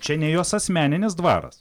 čia ne jos asmeninis dvaras